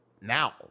now